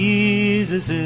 Jesus